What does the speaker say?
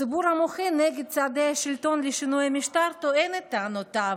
הציבור המוחה נגד צעדי השלטון לשינוי המשטר טוען את טענותיו.